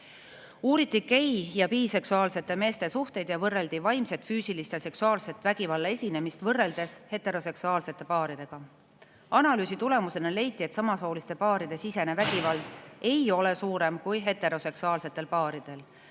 Uuriti gei- ja biseksuaalsete meeste suhteid ja võrreldi neis vaimse, füüsilise ja seksuaalse vägivalla esinemist heteroseksuaalsete paaridega. Analüüsi tulemusena leiti, et samasooliste paaride seas ei ole vägivalda rohkem kui heteroseksuaalsetel paaridel.